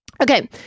Okay